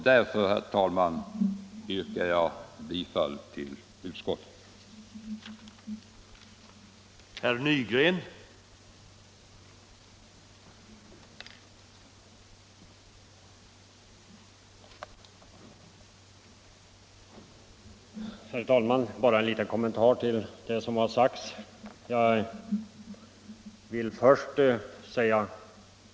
Därför, herr talman, yrkar jag bifall till utskottets hemställan.